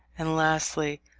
and lastly,